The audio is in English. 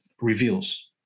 reveals